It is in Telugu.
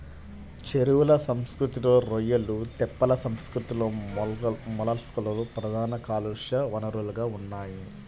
చెరువుల సంస్కృతిలో రొయ్యలు, తెప్పల సంస్కృతిలో మొలస్క్లు ప్రధాన కాలుష్య వనరులుగా ఉన్నాయి